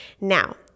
Now